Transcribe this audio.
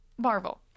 marvel